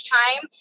time